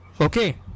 okay